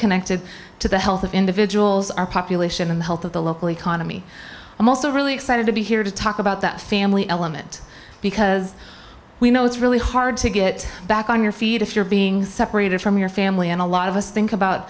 connected to the health of individuals our population and the health of the local economy i'm also really excited to be here to talk about that family element because we know it's really hard to get back on your feet if you're being separated from your family and a lot of us think about